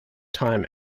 time